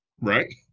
right